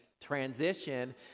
transition